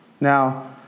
Now